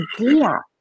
idea